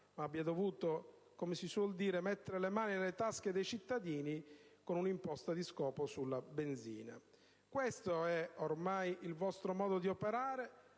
ma abbia dovuto - come si suol dire - mettere le mani nelle tasche dei cittadini con un'imposta di scopo sulla benzina Questo è ormai da anni il vostro modo di operare